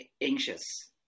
anxious